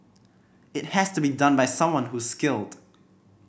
it has to be done by someone who's skilled